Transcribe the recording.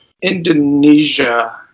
Indonesia